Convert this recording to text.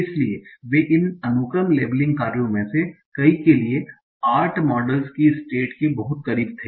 इसलिए वे इन अनुक्रम लेबलिंग कार्यों में से कई के लिए आर्ट मॉडल्स की स्टेट के बहुत करीब थे